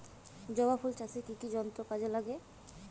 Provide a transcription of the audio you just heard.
জবা ফুল চাষে কি কি যন্ত্র কাজে লাগে?